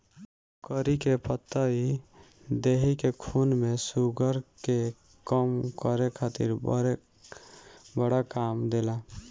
करी के पतइ देहि के खून में शुगर के कम करे खातिर बड़ा काम देला